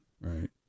right